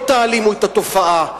לא תעלימו את התופעה,